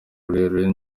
rurerure